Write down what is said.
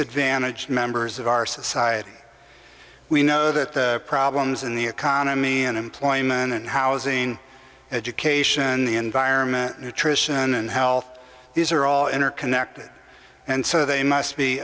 advantaged members of our society we know that the problems in the economy and employment housing education the environment nutrition and health these are all interconnected and so they must be